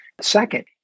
second